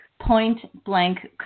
point-blank